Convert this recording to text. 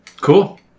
Cool